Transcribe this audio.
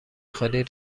خالی